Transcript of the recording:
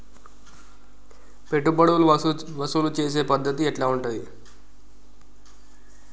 పెట్టుబడులు వసూలు చేసే పద్ధతి ఎట్లా ఉంటది?